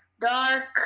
Dark